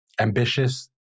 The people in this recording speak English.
ambitious